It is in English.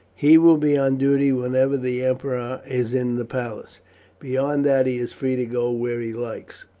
he will be on duty whenever the emperor is in the palace beyond that he is free to go where he likes,